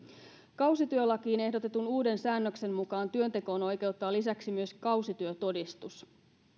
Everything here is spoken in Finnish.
kausityölakiin ehdotetun uuden säännöksen mukaan työntekoon oikeuttaa lisäksi myös kausityötodistus